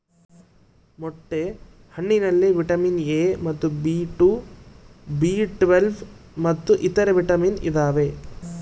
ಮೊಟ್ಟೆ ಹಣ್ಣಿನಲ್ಲಿ vitamin A ಮತ್ತು ಬಿ ಟು ಬಿ ಟ್ವೇಲ್ವ್ ಮತ್ತು ಇತರೆ ವಿಟಾಮಿನ್ ಇದಾವೆ